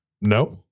No